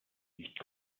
nicht